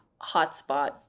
hotspot